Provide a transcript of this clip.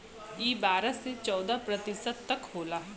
ई बारह से चौदह प्रतिशत तक होला